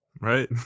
Right